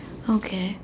okay